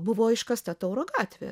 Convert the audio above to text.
buvo iškasta tauro gatvė